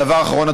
הדבר האחרון,